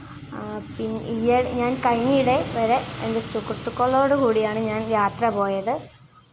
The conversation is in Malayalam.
പിന്നെ ഞാൻ കഴിഞ്ഞവിടെ വരെ എൻ്റെ സുഹൃത്തുക്കളോട് കൂടിയാണ് ഞാൻ യാത്ര പോയത്